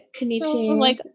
Kanichi